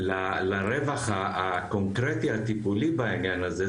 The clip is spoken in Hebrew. לרווח הקונקרטי הטיפולי בעניין הזה,